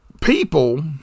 people